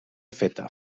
feta